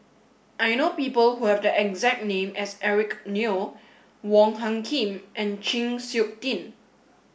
I know people who have the exact name as Eric Neo Wong Hung Khim and Chng Seok Tin